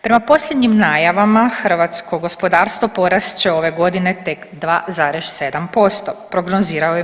Prema posljednjim najavama hrvatsko gospodarstvo porast će ove godine tek 2,7% prognozirao je MMF.